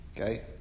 Okay